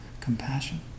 compassion